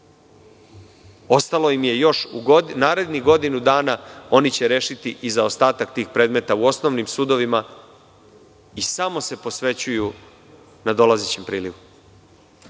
Ostalo im je još u narednih godinu dana da reše i zaostatak tih predmeta u osnovnim sudovima i samo će se posvetiti nadolazećem prilivu.